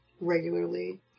regularly